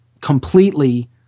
completely